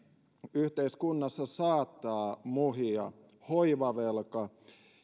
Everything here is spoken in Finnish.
yhteiskunnassa saattaa muhia hoivavelka